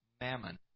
mammon